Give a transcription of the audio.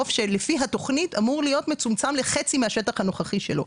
חוף שלפי התוכנית אמור להיות מצומצם לחצי מהשטח הנוכחי שלו.